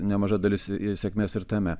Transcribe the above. nemaža dalis sėkmės ir tame